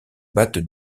battent